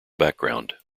background